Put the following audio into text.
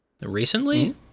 Recently